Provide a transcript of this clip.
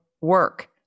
work